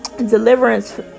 deliverance